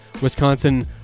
Wisconsin